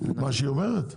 מה שהיא אומרת?